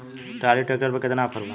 Trolley tractor पर केतना offer बा?